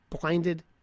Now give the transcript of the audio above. blinded